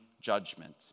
judgment